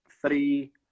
three